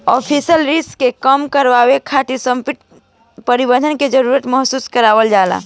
operational risk के कम करे खातिर ससक्त प्रबंधन के जरुरत महसूस कईल जाला